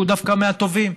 שהוא דווקא מהטובים,